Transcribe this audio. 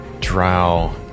drow